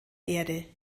erde